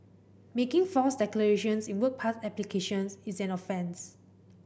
making false declarations in work pass applications is an offence